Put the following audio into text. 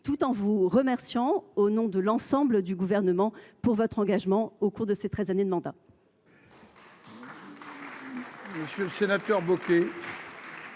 tout en vous remerciant, au nom de l’ensemble du Gouvernement, de votre engagement au cours de vos treize années de mandat.